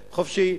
חופשי,